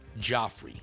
Joffrey